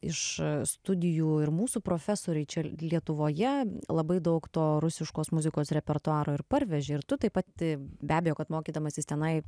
iš studijų ir mūsų profesoriai čia lietuvoje labai daug to rusiškos muzikos repertuaro ir parvežė ir tu tai pat be abejo kad mokydamasis tenai